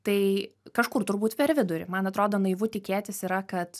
tai kažkur turbūt per vidurį man atrodo naivu tikėtis yra kad